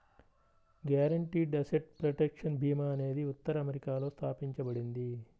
guaranteed asset protection భీమా అనేది ఉత్తర అమెరికాలో స్థాపించబడింది